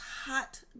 hot